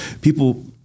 people